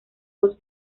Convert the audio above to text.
dos